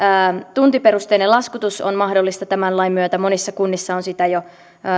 tuntiperusteinen laskutus on mahdollista tämän lain myötä monissa kunnissa on sitä jo